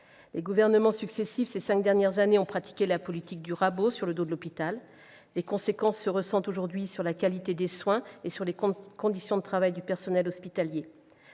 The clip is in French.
Les gouvernements successifs des cinq dernières années ont pratiqué la politique du « rabot » sur le dos de l'hôpital. Les conséquences sur la qualité des soins et sur les conditions de travail du personnel hospitalier